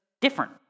different